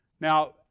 Now